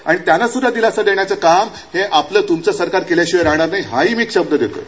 आणि त्यांना सुद्धा दिलास देण्याचं काम हे आपलं सरकार केल्या शिवाय राहनार नाही हा मी शब्द देतोय